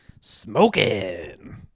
smoking